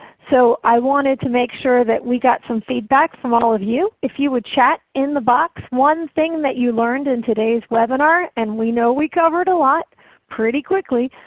so i wanted to make sure that we got some feedback from all of you. if you would chat and the box one thing that you learned in today's webinar, and we know we covered a lot pretty quickly,